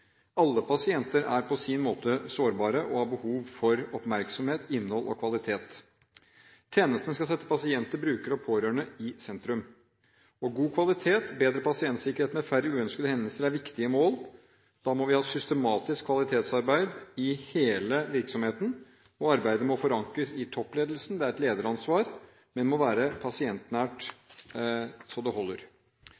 Alle pasienter er på sin måte sårbare og har behov for oppmerksomhet, innhold og kvalitet. Tjenesten skal sette pasienter, brukere og pårørende i sentrum. God kvalitet og bedre pasientsikkerhet med færre uønskede hendelser er viktige mål. Da må vi ha systematisk kvalitetsarbeid i hele virksomheten, og arbeidet må forankres i toppledelsen – det er et lederansvar – men må være pasientnært